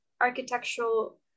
architectural